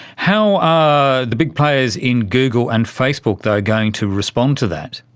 how are the big players in google and facebook though going to respond to that?